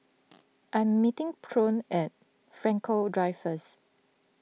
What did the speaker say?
I'm meeting Tyrone at Frankel Drive first